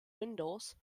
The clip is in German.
windows